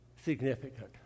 Significant